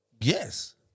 Yes